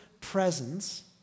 presence